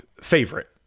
favorite